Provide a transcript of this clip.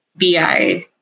BI